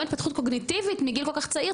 התפתחות קוגניטיבית מגיל כל כך צעיר,